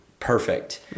perfect